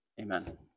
amen